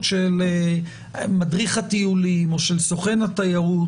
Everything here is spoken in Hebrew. של מדריך טיולים או של סוכן התיירות.